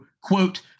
quote